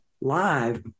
live